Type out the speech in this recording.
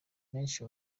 benshi